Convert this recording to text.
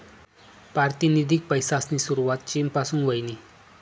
पारतिनिधिक पैसासनी सुरवात चीन पासून व्हयनी